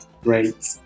Great